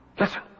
Listen